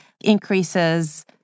increases